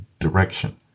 direction